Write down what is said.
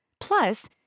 Plus